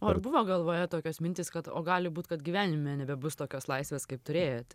o ar buvo galvoje tokios mintys kad o gali būt kad gyvenime nebebus tokios laisvės kaip turėjot